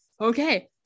okay